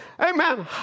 Amen